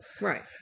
Right